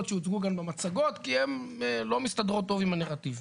שהוצגו כאן במצגות כי הן לא מסתדרות טוב עם הנרטיב.